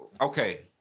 Okay